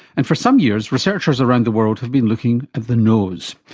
and for some years researchers around the world have been looking at the nose.